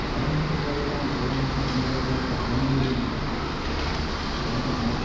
அவன் மட்டும் போகறதில்லாம கூட இன்னொருத்தவனை பின்னாடி உட்கார வச்சு அவன் உயிரையும் வாங்கிடுறானுங்க இதெலாம் ஏன்